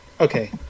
Okay